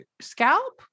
scalp